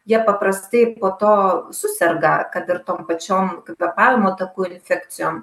jie paprastai po to suserga kad ir tom pačiom kvėpavimo takų infekcijom